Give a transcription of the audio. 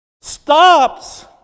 stops